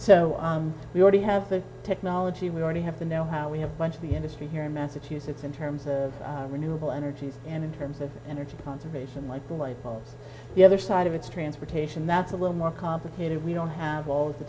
so we already have the technology we already have the know how we have a bunch of the industry here in massachusetts in terms of renewable energies and in terms of energy conservation like the light poles the other side of it's transportation that's a little more complicated we don't have all the